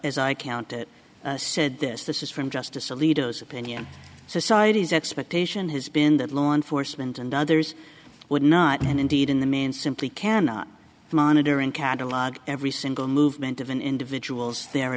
as i count it said this this is from justice alito has opinions society's expectation has been that law enforcement and others would not and indeed in the main simply cannot monitor and catalog every single movement of an individuals there